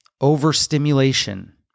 Overstimulation